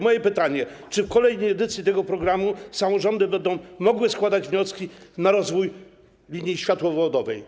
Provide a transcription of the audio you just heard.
Moje pytanie: Czy w kolejnej edycji tego programu samorządy będą mogły składać wnioski o środki na rozwój linii światłowodowej?